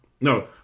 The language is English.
No